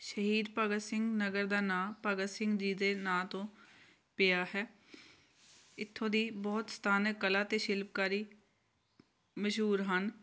ਸ਼ਹੀਦ ਭਗਤ ਸਿੰਘ ਨਗਰ ਦਾ ਨਾਂ ਭਗਤ ਸਿੰਘ ਜੀ ਦੇ ਨਾਂ ਤੋਂ ਪਿਆ ਹੈ ਇੱਥੋਂ ਦੀ ਬਹੁਤ ਸਥਾਨਕ ਕਲਾ ਅਤੇ ਸ਼ਿਲਪਕਾਰੀ ਮਸ਼ਹੂਰ ਹਨ